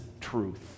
truth